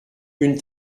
une